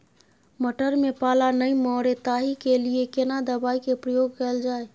मटर में पाला नैय मरे ताहि के लिए केना दवाई के प्रयोग कैल जाए?